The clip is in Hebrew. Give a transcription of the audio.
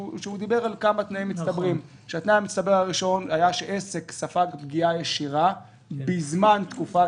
והוא דיבר על כמה תנאים מצטברים: שעסק ספג פגיעה ישירה בזמן תקופת